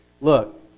look